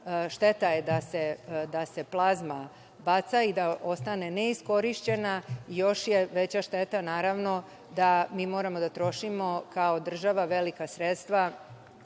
šteta je da se plazma baca i da ostane neiskorišćena. Još je veća šteta, naravno, da mi moramo da trošimo kao država velika sredstva